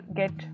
get